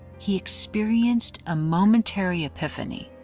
he experienced a momentary epiphany,